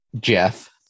jeff